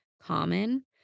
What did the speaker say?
common